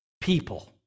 people